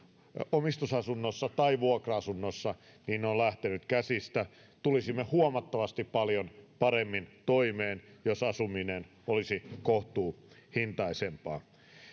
omistusasunnossa tai vuokra asunnossa on lähtenyt käsistä tulisimme huomattavasti paljon paremmin toimeen jos asuminen olisi kohtuuhintaisempaa